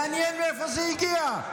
מעניין מאיפה זה הגיע,